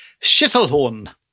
Schittelhorn